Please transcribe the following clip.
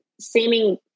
seeming